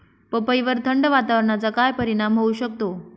पपईवर थंड वातावरणाचा काय परिणाम होऊ शकतो?